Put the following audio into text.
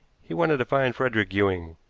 he wanted to find frederick ewing.